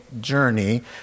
journey